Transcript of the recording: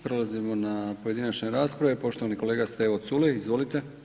Prelazimo na pojedinačne rasprave, poštovani kolega Stevo Culej, izvolite.